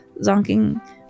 zonking